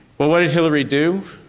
but what did hillary do?